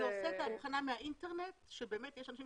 זה עושה את ההבחנה מהאינטרנט כי באמת יש אנשים